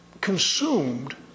consumed